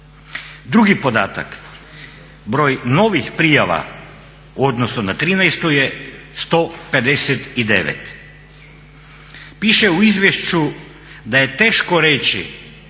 Drugi podatak, broj novih prijava u odnosu na trinaestu je 159. Piše u izvješću da je teško reći